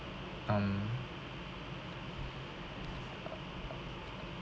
um